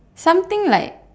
something like